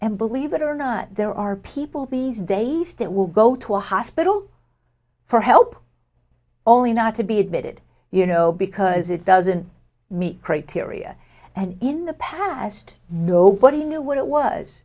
and believe it or not there are people these days that will go to a hospital for help only not to be admitted you know because it doesn't meet criteria and in the past nobody knew what it was